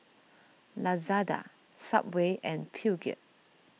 Lazada Subway and Peugeot